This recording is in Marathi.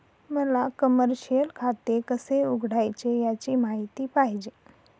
मला कमर्शिअल खाते कसे उघडायचे याची माहिती पाहिजे